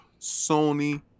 Sony